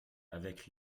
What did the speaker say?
avec